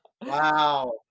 Wow